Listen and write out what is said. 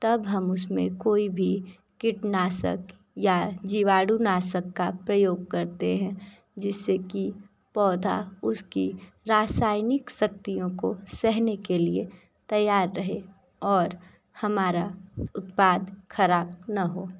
तब हम उसमें कोई भी कीटनाशक या जीवाणुनाशक का प्रयोग करते हैं जिससे कि पाैधा उसकी रासायनिक शक्तियों को सहने के लिए तैयार रहे और हमारा उत्पाद खराब ना हो